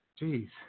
Jeez